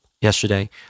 yesterday